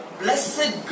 blessed